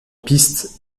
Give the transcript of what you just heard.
piste